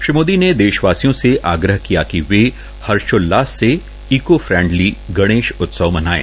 श्री मोदी ने देशवासियों से आग्रह किया कि वे हर्षोल्लास से इको फ्रेडिली गणेश उत्सव मनाये